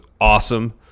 awesome